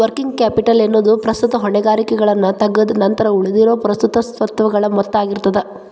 working capital ಎನ್ನೊದು ಪ್ರಸ್ತುತ ಹೊಣೆಗಾರಿಕೆಗಳನ್ನ ತಗದ್ ನಂತರ ಉಳಿದಿರೊ ಪ್ರಸ್ತುತ ಸ್ವತ್ತುಗಳ ಮೊತ್ತ ಆಗಿರ್ತದ